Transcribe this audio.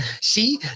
See